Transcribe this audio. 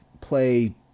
play